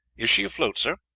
is she afloat, sir?